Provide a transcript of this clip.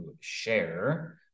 share